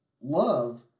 love